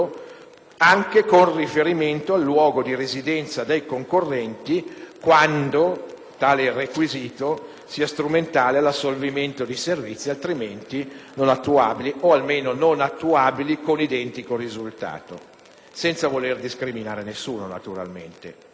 anche con riferimento al luogo di residenza dei concorrenti, quando tale requisito sia strumentale all'assolvimento di servizi altrimenti non attuabili, o almeno non attuabili con identico risultato; ciò naturalmente senza voler discriminare nessuno. Un altro